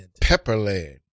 Pepperland